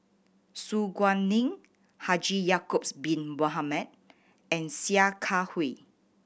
Su Guaning Haji Ya'acob Bin Mohamed and Sia Kah Hui